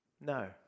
No